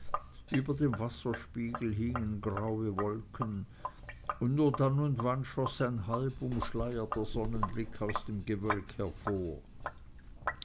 über dem wasserspiegel hingen graue wolken und nur dann und wann schoß ein halb umschleierter sonnenblick aus dem gewölk hervor